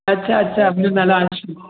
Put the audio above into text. अच्छा अच्छा मुंहिंजो नालो आशा आहे